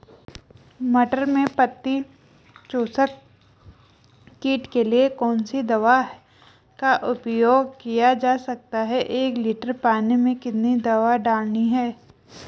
मटर में पत्ती चूसक कीट के लिए कौन सी दवा का उपयोग किया जा सकता है एक लीटर पानी में कितनी दवा डालनी है?